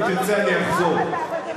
אם תרצה, אני אחזור.